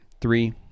three